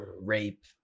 rape